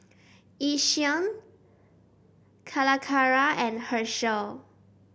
Yishion Calacara and Herschel